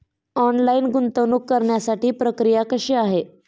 Online गुंतवणूक करण्यासाठी प्रक्रिया कशी आहे?